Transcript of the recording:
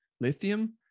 lithium